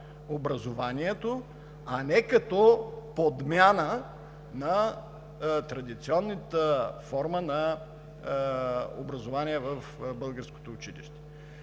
образованието, а не като подмяна на традиционната форма на образование в българското училище.